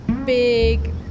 big